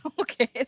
okay